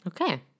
okay